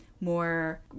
more